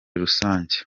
rusange